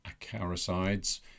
acaricides